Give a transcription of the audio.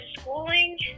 schooling